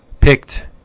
picked